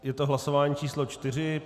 Je to hlasování číslo 4.